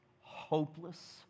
hopeless